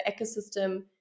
ecosystem